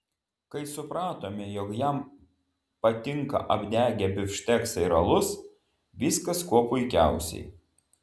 kai supratome jog jam patinka apdegę bifšteksai ir alus viskas kuo puikiausiai